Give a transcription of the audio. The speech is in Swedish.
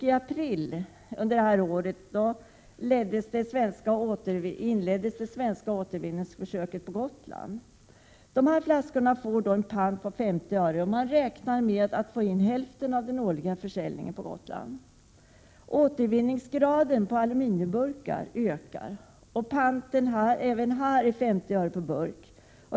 I april i år inleddes emellertid svenska återvinningsförsök på Gotland. De här flaskorna betingar en pant om 50 öre, och man räknar med att få in hälften av de förpackningar som årligen säljs på Gotland. Dessutom ökar återvinningsgraden beträffande aluminiumburkar. Även för dessa är panten 50 öre per burk.